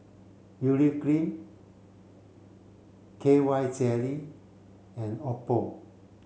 urea cream K Y jelly and Oppo